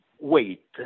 Wait